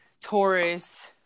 Taurus